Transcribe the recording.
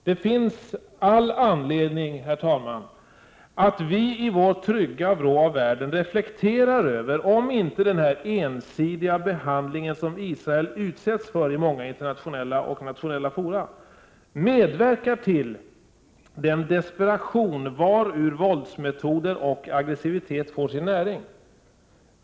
Det finns all anledning, herr talman, för oss som lever i vår trygga vrå av världen att reflektera över om inte den ensidiga behandling som Israel utsätts för i många internationella och nationella fora medverkar till den desperation som våldsmetoder och aggressivitet får sin näring från.